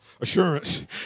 assurance